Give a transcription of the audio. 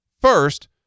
First